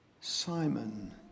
Simon